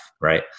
Right